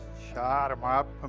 shot em up.